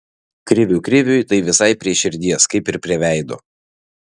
krivių kriviui tai visai prie širdies kaip ir prie veido